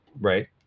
Right